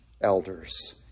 Elders